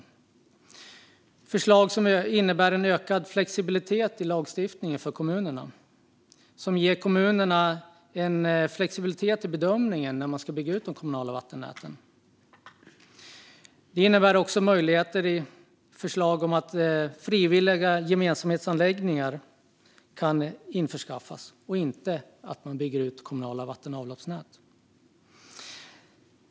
Det är förslag som innebär en ökad flexibilitet i lagstiftningen för kommunerna. De ger kommunerna en flexibilitet i bedömningen av när man ska bygga ut de kommunala vattennäten. De skapar också möjligheten till frivilliga gemensamhetsanläggningar i stället för att man bygger ut kommunala vatten och avloppsnät.